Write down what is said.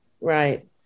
Right